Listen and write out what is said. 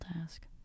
task